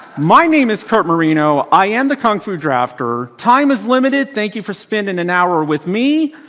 my name is curt moreno. i am the kung-fu drafter. time is limited. thank you for spending an hour with me.